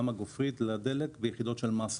כמה גופרית לדלק ביחידות של מסה.